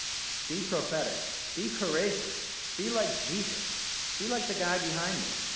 be prophetic, be courageous! be like jesus! be like the guy behind me!